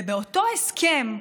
ובאותו הסכם,